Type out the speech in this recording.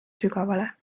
sügavale